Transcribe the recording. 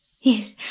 Yes